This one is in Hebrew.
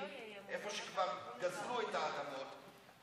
איפה שכבר גזלו את האדמות,